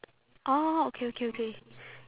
orh okay okay okay